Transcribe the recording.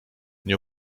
nie